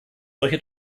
solche